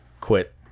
quit